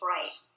Right